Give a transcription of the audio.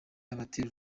abatera